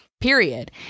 Period